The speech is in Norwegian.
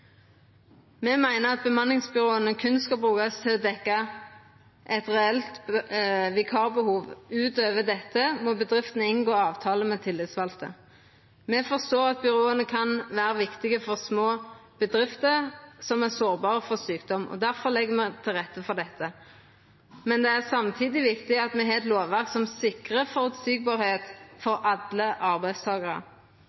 Me meiner at bemanningsbyråa berre skal brukast til å dekkja eit reelt vikarbehov. Utover dette må bedriftene inngå avtale med tillitsvalde. Me forstår at byråa kan vera viktige for små bedrifter som er sårbare for sjukdom. Difor legg me til rette for dette. Men det er samtidig viktig at me har eit lovverk som sikrar at arbeidsforholda er føreseielege for